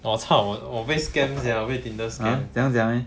!wah! cao 我被 scammed sia 我被 Tinder scam